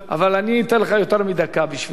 אבל אתן לך יותר מדקה, בשבילך.